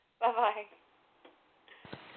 Bye-bye